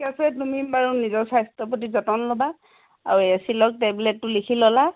ঠিক আছে তুমি বাৰু নিজৰ স্বাস্থ্য প্ৰতি যতন ল'বা আৰু এচিলক টেবলেটটো লিখি ল'লা